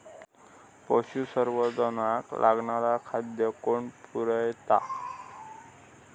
पशुसंवर्धनाक लागणारा खादय कोण पुरयता?